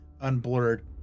unblurred